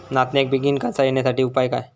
नाचण्याक बेगीन कणसा येण्यासाठी उपाय काय?